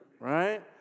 Right